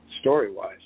story-wise